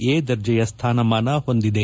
A ದರ್ಜೆಯ ಸ್ಥಾನಮಾನ ಹೊಂದಿದೆ